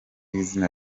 izina